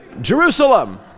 Jerusalem